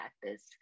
practice